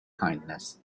kindness